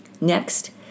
Next